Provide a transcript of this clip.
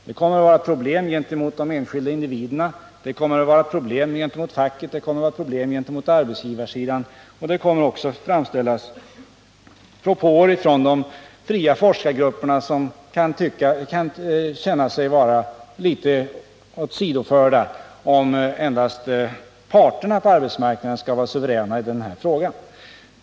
Det kommer att vara problem gentemot de enskilda individerna, gentemot facket, gentemot arbetsgivarsidan, och det kommer att framställas propåer från de fria forskargrupperna, som kan känna sig litet förda åt sidan om parterna på arbetsmarknaden skall vara suveräna i denna fråga.